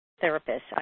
therapist